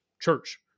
church